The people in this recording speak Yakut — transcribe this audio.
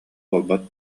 буолбат